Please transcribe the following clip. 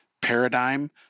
paradigm